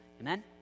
Amen